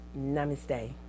Namaste